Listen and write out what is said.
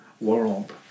world